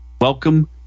welcome